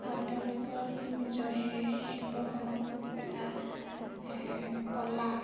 আৰু তেওঁলোকৰ নিজৰ সেই শিল্পকৰ্ম খুব এটা কলা